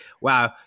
Wow